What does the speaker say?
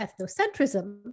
ethnocentrism